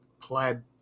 plaid